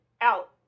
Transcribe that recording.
out